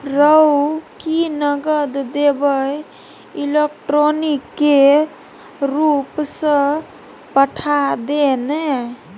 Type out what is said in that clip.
रौ की नगद देबेय इलेक्ट्रॉनिके रूपसँ पठा दे ने